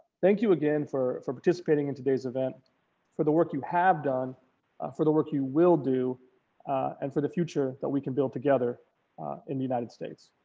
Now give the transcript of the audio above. you again for for participating in today's event for the work you have done for the work you will do and for the future that we can build together in the united states.